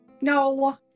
No